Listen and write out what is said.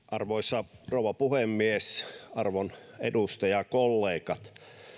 arvoisa rouva puhemies arvon edustajakollegat